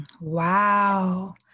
Wow